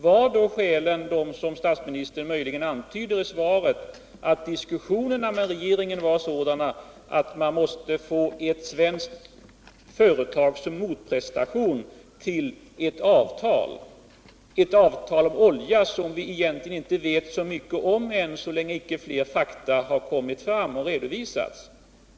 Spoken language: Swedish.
Var då skälen de som statsministern möjligen antyder i svaret, nämligen att diskussionerna med den norska regeringen var sådana att norrmännen måste få ett svenskt företag som motprestation för att sluta ett avtal om olja, något som vi egentligen inte vet så mycket om så länge inte fler fakta har redovisats?